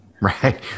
Right